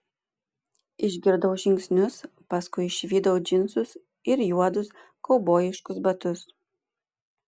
išgirdau žingsnius paskui išvydau džinsus ir juodus kaubojiškus batus